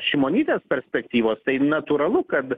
šimonytės perspektyvos tai natūralu kad